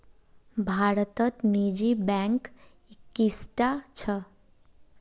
भारतत निजी बैंक इक्कीसटा छ